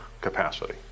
capacity